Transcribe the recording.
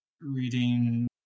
reading